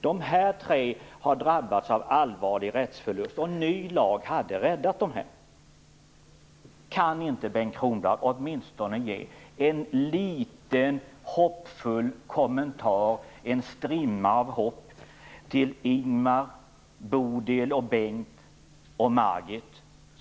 Dessa tre fall har drabbats av allvarlig rättsförlust, och en ny lag hade räddat dem. Kan Bengt Kronblad inte ge åtminstone en liten hoppfull kommentar, en strimma av hopp, till Ingmar, till Bodil och Bengt och till Margit?